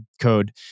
code